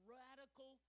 radical